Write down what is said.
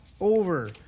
over